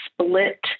split